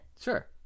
sure